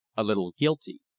a little guilty.